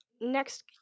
next